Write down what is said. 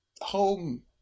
home